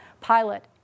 pilot